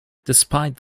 despite